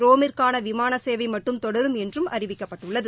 ரோமிற்கான விமான சேவை மட்டும் தொடரும் என்றும் அறிவிக்கப்பட்டுள்ளது